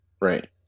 Right